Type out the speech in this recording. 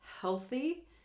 healthy